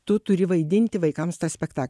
tu turi vaidinti vaikams tą spektak